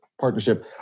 partnership